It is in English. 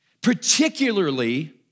particularly